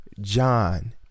John